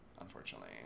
Unfortunately